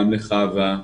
גם לחוה,